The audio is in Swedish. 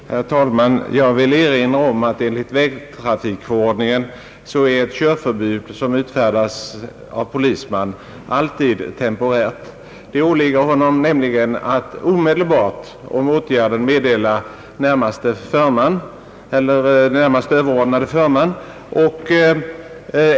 Herr talman! Jag vill erinra om att enligt vägtrafikförordningen är ett körförbud som utfärdas av polisman alltid temporärt. Det åligger honom nämligen att omedelbart meddela närmaste förman om åtgärden.